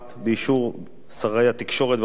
באישור שרי התקשורת והאוצר,